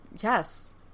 Yes